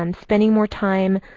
um spending more time,